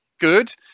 Good